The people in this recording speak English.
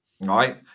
right